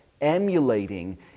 emulating